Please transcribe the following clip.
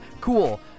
cool